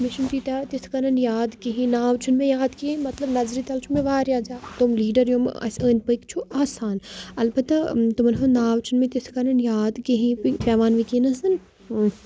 مےٚ چھِنہٕ تیٖتیٛاہ تِتھ کنَن یاد کِہیٖنۍ ناو چھُنہٕ مےٚ یاد کِہیٖنۍ مطلب نظرِ تَل چھُ مےٚ واریاہ زیادٕ تِم لیٖڈَر یِم اَسہِ أنٛدۍ پٔکۍ چھُ آسان البتہ تِمَن ہُنٛد ناو چھِنہٕ مےٚ تِتھ کَنَن یاد کِہیٖنۍ پیٚوان وٕنکیٚنَس